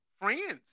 friends